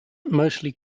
mostly